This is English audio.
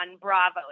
Bravo